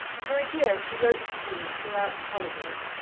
for a year she wrote to queenie throughout the holidays,